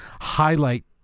highlight